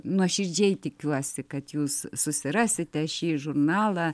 nuoširdžiai tikiuosi kad jūs susirasite šį žurnalą